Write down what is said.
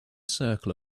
circle